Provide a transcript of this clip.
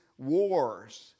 Wars